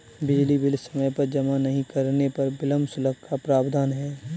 बिजली बिल समय पर जमा नहीं करने पर विलम्ब शुल्क का प्रावधान है